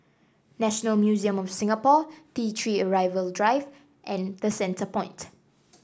National Museum of Singapore T Three Arrival Drive and The Centrepoint